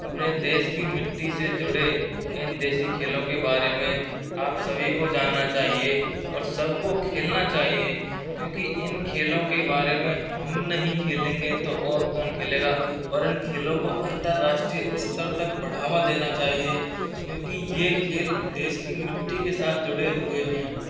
अपने देश की मिट्टी से जुड़े इन देसी खेलों के बारे में आप सभी को जानना चाहिए और सब को खेलना चाहिए क्योंकि इन खेलों के बारे में हम नहीं खेलेंगे तो ओर कौन खेलेगा ओर इन खेलों को अंतर्राष्ट्रीय स्तर तक बढ़ावा देना चाहिए क्योंकि ये खेल देश की मिट्टी के साथ जुड़े हुए हैं